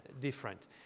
different